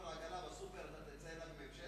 עגלה בסופר, אתה תצא אליו עם רובה?